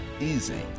easy